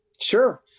sure